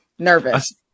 Nervous